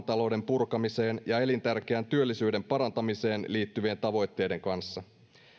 talouden purkamiseen ja elintärkeän työllisyyden parantamiseen liittyvien tavoitteiden kanssa